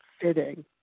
fitting